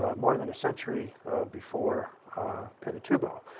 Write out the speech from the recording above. ah more than a century before pinatubo.